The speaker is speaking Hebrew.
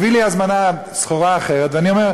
ואנחנו מבקשים,